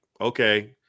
okay